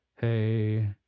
Hey